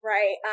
Right